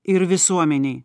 ir visuomenei